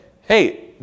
hey